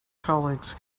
colleagues